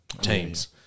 teams